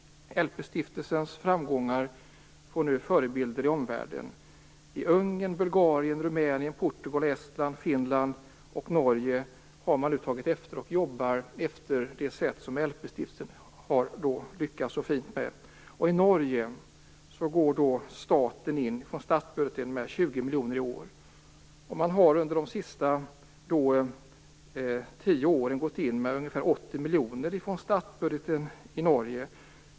LP-stiftelsens framgångar får nu vara förebild i omvärlden. I Ungern, Bulgarien, Rumänien, Portugal, Estland, Finland och Norge har man tagit efter och jobbar efter det sätt som LP-stiftelsen har lyckats så fint med. I Norge går staten in med 20 miljoner i år. Man har under de senaste tio åren gått in med ungefär 80 miljoner från statsbudgeten i Norge.